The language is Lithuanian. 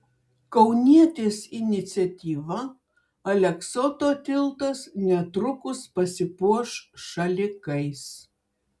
kaunietės iniciatyva aleksoto tiltas netrukus pasipuoš šalikais